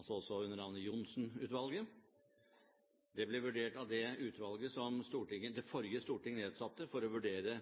altså under navnet Johnsen-utvalget. Det ble vurdert av det utvalget som det forrige storting nedsatte for å vurdere